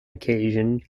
occasion